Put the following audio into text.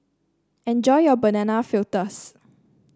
enjoy your Banana Fritters